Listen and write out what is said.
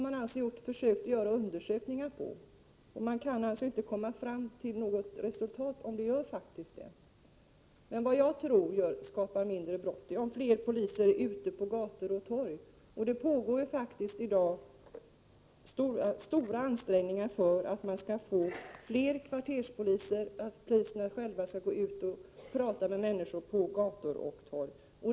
Man har försökt göra undersökningar om detta. Man kan inte komma fram till något riktigt resultat om det faktiskt blir effekten. Jag tror att om fler poliser är ute på gator och torg begås färre brott. Det görs i dag stora ansträngningar för att åstadkomma fler kvarterspoliser, så att poliserna är ute och pratar med människor på gator och torg.